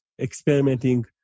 experimenting